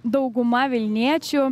dauguma vilniečių